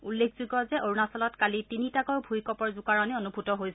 উল্লেখযোগ্য যে অৰুণাচলত কালি তিনিটাকৈ ভূঁইকঁপৰ জোকাৰণি অনুভূত হৈছিল